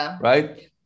right